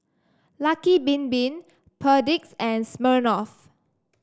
Lucky Bin Bin Perdix and Smirnoff